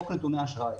חוק נתוני אשראי.